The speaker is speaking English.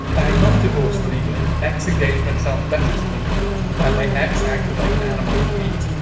i am not divorced legally. ex engagement sounds better to me than my ex acted like an animal in heat.